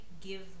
give